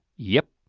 yep.